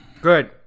Good